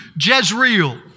Jezreel